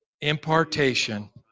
Impartation